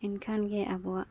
ᱮᱱᱠᱷᱟᱱᱜᱮ ᱟᱵᱚᱣᱟᱜ